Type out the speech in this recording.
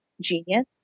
genius